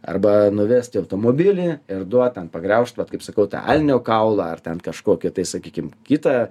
arba nuvest į automobilį ir duot ten pagriaužt vat kaip sakau tą elnio kaulą ar ten kažkokį tai sakykim kitą